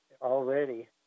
already